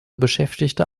beschäftigte